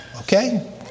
Okay